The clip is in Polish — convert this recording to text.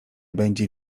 będzie